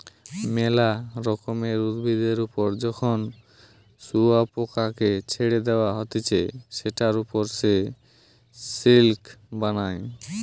মেলা রকমের উভিদের ওপর যখন শুয়োপোকাকে ছেড়ে দেওয়া হতিছে সেটার ওপর সে সিল্ক বানায়